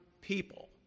people